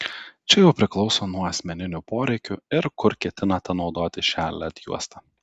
čia jau priklauso nuo asmeninių poreikių ir kur ketinate naudoti šią led juostą